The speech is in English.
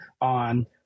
on